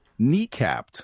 kneecapped